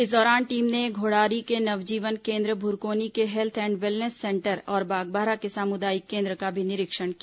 इस दौरान टीम ने घोड़ारी के नवजीवन केन्द्र भुरकोनी के हेल्थ एंड वेलनेस सेंटर और बागबाहरा के सामुदायिक केन्द्र का भी निरीक्षण किया